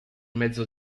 mezzo